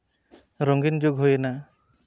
ᱨᱚᱝᱜᱤᱱ ᱡᱩᱜᱽ ᱦᱩᱭ ᱮᱱᱟ